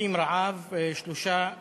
שובתים רעב שלושה אסירים.